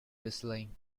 whistling